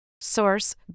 Source